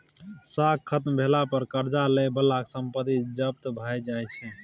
साख खत्म भेला पर करजा लए बलाक संपत्ति जब्त भए जाइ छै